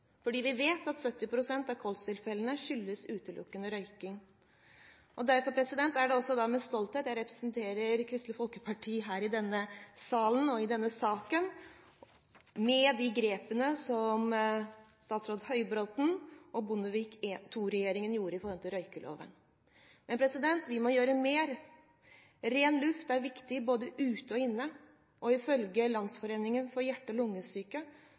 fordi vi vet at 70 pst. av kolstilfellene utelukkende skyldes røyking. Derfor er det med stolthet jeg representerer Kristelig Folkeparti her i denne salen og i denne saken med de grepene som statsråd Høybråten og Bondevik II-regjeringen gjorde i røykeloven. Men vi må gjøre mer. Ren luft er viktig både ute og inne, og ifølge Landsforeningen for hjerte- og lungesyke